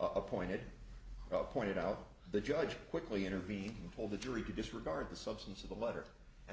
appointed pointed out the judge quickly intervened told the jury to disregard the substance of the letter and